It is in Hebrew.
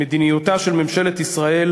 מדיניותה של ממשלת ישראל